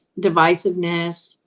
divisiveness